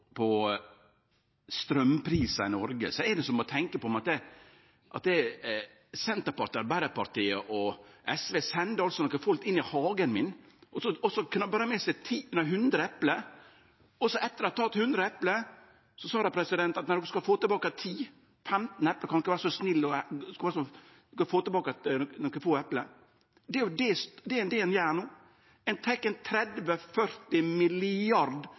på straumprisar i Noreg, er det som å tenkje på at Senterpartiet, Arbeidarpartiet og SV sender nokre folk inn i hagen min, og så kan dei bere med seg hundre eple. Og så, etter å ha tatt hundre eple, seier dei at eg skal få tilbake 10–15 eple, nokre få eple. Det er jo det ein gjer no. Ein